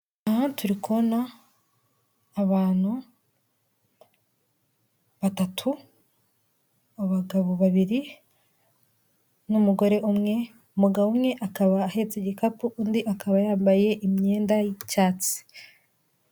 Aha turi kubona abantu batatu, abagabo babiri n'umugore umwe. Umugabo umwe akaba ahetse igikapu undi akaba yambaye imyenda y'icyatsi